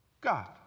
God